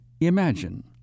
Imagine